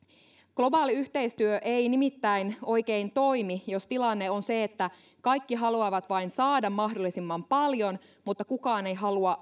globaali yhteistyö ei nimittäin oikein toimi jos tilanne on se että kaikki haluavat vain saada mahdollisimman paljon mutta kukaan ei halua